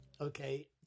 Okay